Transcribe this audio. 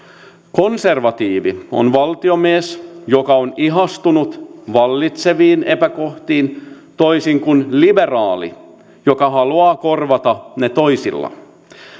konservatiivi on valtiomies joka on ihastunut vallitseviin epäkohtiin toisin kuin liberaali joka haluaa korvata ne toisilla